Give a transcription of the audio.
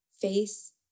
face